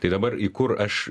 tai dabar į kur aš